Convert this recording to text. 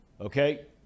Okay